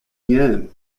yen